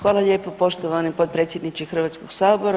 Hvala lijepo, poštovani potpredsjedniče Hrvatskog sabora.